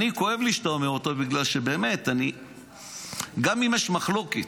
כואב לי שאתה אומר אותו, כי גם אם יש מחלוקת,